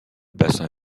bassin